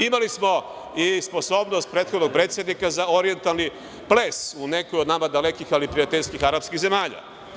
Imali smo i sposobnost prethodnog predsednika za orijentalni ples u nekoj od nama dalekih ali prijateljskih arapskih zemalja.